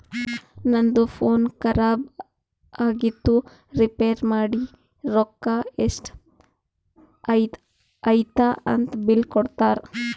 ನಂದು ಫೋನ್ ಖರಾಬ್ ಆಗಿತ್ತು ರಿಪೇರ್ ಮಾಡಿ ರೊಕ್ಕಾ ಎಷ್ಟ ಐಯ್ತ ಅಂತ್ ಬಿಲ್ ಕೊಡ್ತಾರ್